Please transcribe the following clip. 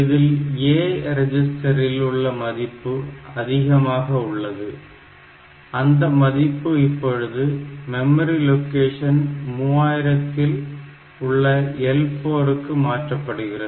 இதில் A ரெஜிஸ்டரில் உள்ள மதிப்பு அதிகமானதாக உள்ளது அந்த மதிப்பு இப்பொழுது மெமரி லொகேஷன் 3000 இல் உள்ள L4 க்கு மாற்றப்படுகிறது